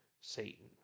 Satan